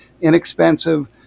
inexpensive